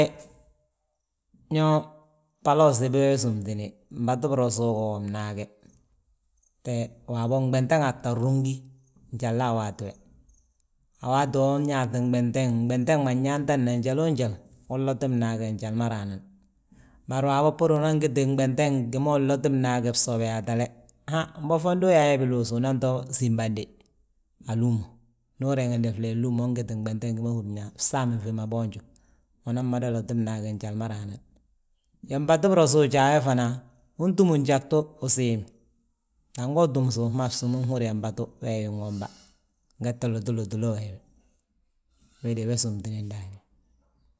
He, ño bbala usibi we súmtini, mbatu birosu go bnaage, we waabo gmentn ŋaatta ruŋ gí njala a waati we. A waati we unyaaŧi gmenten, gmenten ma nyaantadna, njaloo njal, unloti bnaage njali ma raa nan. Bari waabo bbúru unan giti gmenten gi ma unloti bnaage bsobiyaatale, han mbo fondi uyaaye biluus unan to símbande a lúumo. Ndu ureeŋdi flee lúmmo ugiti gmenten gi ma húrn yaa, fsamin fi ma boonju. Unan mada loti bnaage njali ma raa nan. Iyoo, mbatu biros ujaa we fana, win túm gjagtu usiim, dango utúm suuf ma a bsúm unhúri yaa, mbatu wee wi nwomba. Ngette lotu lotuloo wi, we de we súmtini ndaani.